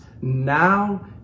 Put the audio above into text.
Now